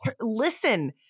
listen